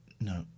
No